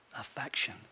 affection